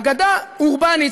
אגדה אורבנית,